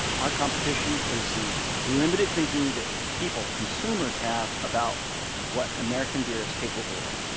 our competition is the limited thinking that people, consumers, have about what american beer is capable of.